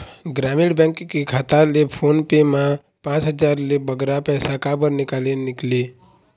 ग्रामीण बैंक के खाता ले फोन पे मा पांच हजार ले बगरा पैसा काबर निकाले निकले?